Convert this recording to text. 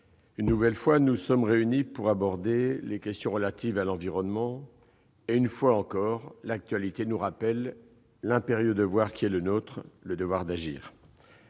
une nouvelle fois nous sommes réunis pour aborder des questions relatives à l'environnement, et une nouvelle fois l'actualité nous rappelle l'impérieux devoir d'agir qui est le nôtre. L'été dernier,